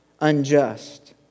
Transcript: unjust